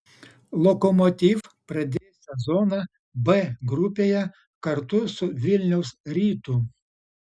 lokomotiv pradės sezoną b grupėje kartu su vilniaus rytu